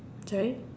sorry